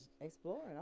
exploring